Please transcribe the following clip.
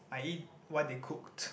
I eat what they cooked